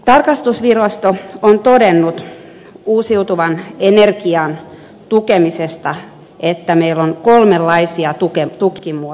tarkastusvirasto on todennut uusiutuvan energian tukemisesta että meillä on kolmenlaisia tukimuotoja